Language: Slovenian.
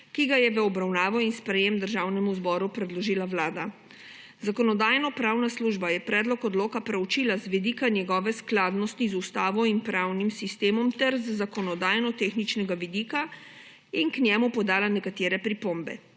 ki ga je v obravnavo in sprejetje Državnemu zboru predložila Vlada. Zakonodajno-pravna služba je predlog odloka proučila z vidika njegove skladnosti z Ustavo in pravnim sistemom ter z zakonodajno-tehničnega vidika in k njemu podala nekatere pripombe.